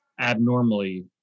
abnormally